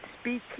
speak